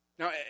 Now